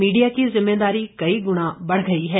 media की जिम्मेदारी कई गुना बढ़ गई है